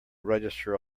register